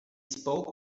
spoke